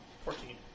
Fourteen